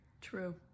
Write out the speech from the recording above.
True